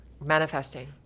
Manifesting